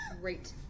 great